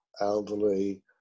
elderly